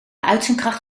uitzendkracht